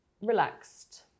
relaxed